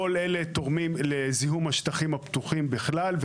כל אלה תורמים לזיהום השטחים הפתוחים בכלל,